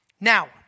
Now